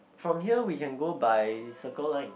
from here we can go by Circle Line